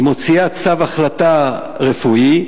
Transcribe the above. היא מוציאה צו החלטה רפואי,